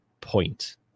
point